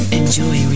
enjoy